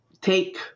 take